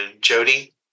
Jody